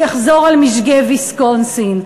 יחזור על משגה ויסקונסין.